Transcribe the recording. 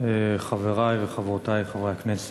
חברי וחברותי חברי הכנסת,